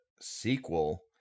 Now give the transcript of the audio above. sequel